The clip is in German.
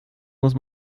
muss